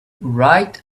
write